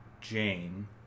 Jane